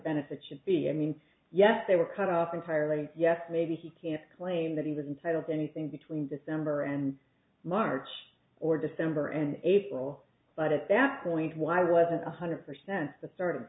benefit should be i mean yes they were cut off entirely yes maybe he can claim that he was entitled to anything between december and march or december and april but at that point why wasn't one hundred percent the sort of